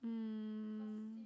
um